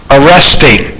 arresting